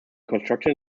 constructed